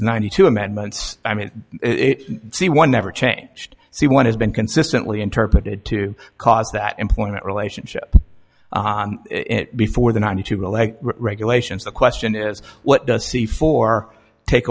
ninety two amendments i mean it see one never changed see one has been consistently interpreted to cause that employment relationship before the ninety two alleged regulations the question is what does c four take